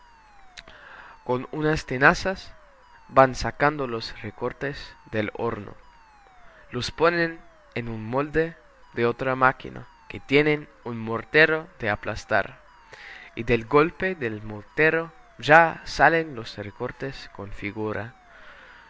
unas tenazas van sacando los recortes del horno los ponen en un molde de otra máquina que tiene un mortero de aplastar y del golpe del mortero ya salen los recortes con figura